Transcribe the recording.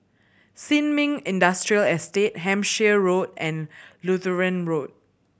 Sin Ming Industrial Estate Hampshire Road and Lutheran Road